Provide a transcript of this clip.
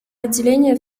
отделения